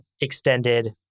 extended